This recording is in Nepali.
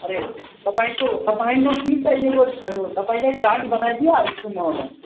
अरे तपाईँको तपाईँको कि चाहिएको छ नु तपाईँलाई चाट बनाइदिइ हाल्छु म